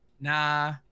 Nah